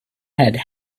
had